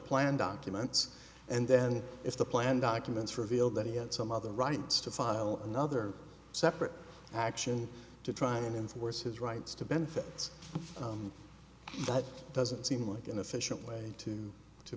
plan documents and then if the plan documents reveal that he had some other rights to file another separate action to try and enforce his rights to benefits but doesn't seem like an efficient way to to